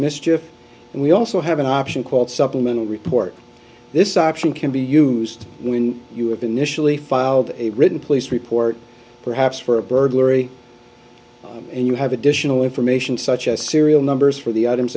mischief and we also have an option called supplemental report this option can be used when you have been initially filed a written police report perhaps for a burglary and you have additional information such as serial numbers for the items